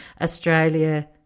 Australia